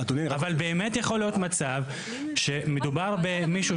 אבל באמת יכול להיות מצב שמדובר במישהו